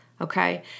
Okay